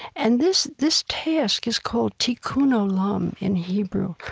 and this this task is called tikkun olam in hebrew,